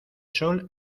sol